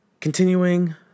continuing